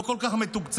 לא כל כך מתוקצב.